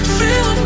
Feel